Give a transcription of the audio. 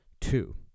two